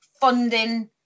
funding